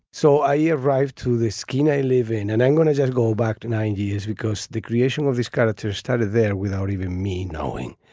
so i yeah arrived to the skin i live in. and i'm gonna yeah go back to nine years because the creation of these characters started there without even me knowing.